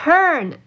Turn